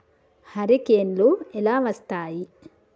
హరికేన్లు ఎలా వస్తాయి?